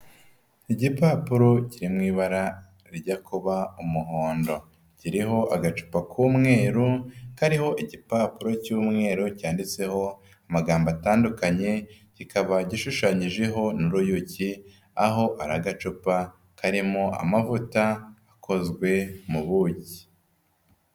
Igipapuro kiri mu ibara rijya kuba umuhondo. Kiriho agacupa k'umweru kariho igipapuro cy'umweru cyanditseho amagambo atandukanye, kikaba gishushanyijeho n'uruyuki, aho ari agacupa karimo amavuta akozwe mu buki.